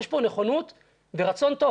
יש פה נכונות ורצון טוב